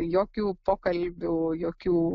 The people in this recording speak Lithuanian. jokių pokalbių jokių